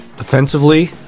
offensively